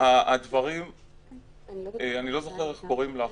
אני לא זוכר איך קוראים לך.